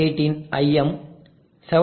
8 இன் IM 7